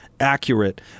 accurate